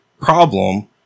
problem